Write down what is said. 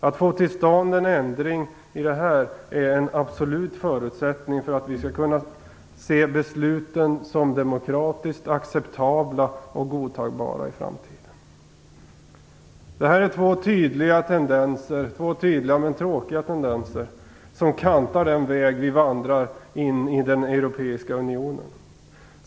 Att få till stånd en ändring i detta är en absolut förutsättning för att vi skall kunna se besluten som demokratiskt acceptabla och godtagbara. Det här är två tydliga men tråkiga tendenser som kantar den väg vi vandrar in i den europeiska unionen.